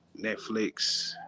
Netflix